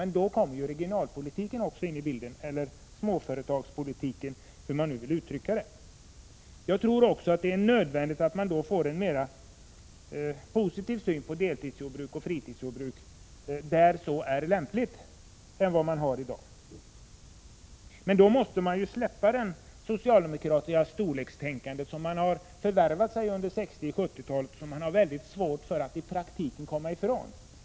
Här kommer också regionalpolitiken, eller småföretagspolitiken, in i bilden. Det är nödvändigt att ha en mera positiv syn än i dag på deltidsjordbruk och fritidsjordbruk där så är lämpligt. Socialdemokraterna måste då släppa storlekstänkandet, som förvärvades under 1960 och 1970-talet och som de har så svårt att gå ifrån.